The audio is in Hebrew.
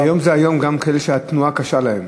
היום זה היום גם לכאלה שהתנועה קשה להם,